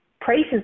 Prices